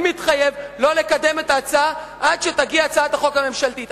אני מתחייב לא לקדם את ההצעה עד שתגיע הצעת החוק הממשלתית.